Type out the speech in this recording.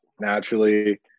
naturally